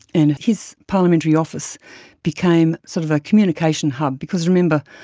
and his parliamentary office became sort of a communication hub. because, remember,